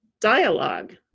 dialogue